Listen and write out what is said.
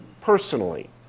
personally